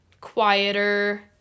quieter